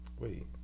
Wait